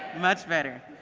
much better.